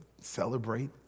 celebrate